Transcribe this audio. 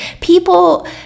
people